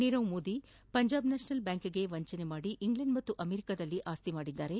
ನೀರವ Modi Punjab national ಬ್ಯಾಂಕ್ಗೆ ವಂಚನೆ ಮಾಡಿ ಇಂಗ್ಲೆಂಡ್ ಮತ್ತು ಅಮೆರಿಕಾದಲ್ಲಿ ಆಸ್ತಿ ಹೊಂದಿದ್ದಾರೆ